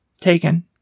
taken